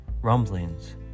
rumblings